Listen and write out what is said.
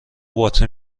باطری